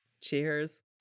Cheers